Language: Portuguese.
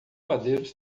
padeiros